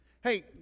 Hey